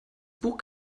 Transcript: buch